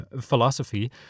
philosophy